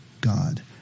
God